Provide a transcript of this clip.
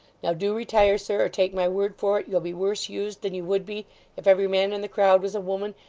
now do retire, sir, or take my word for it you'll be worse used than you would be if every man in the crowd was a woman,